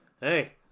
hey